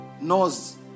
knows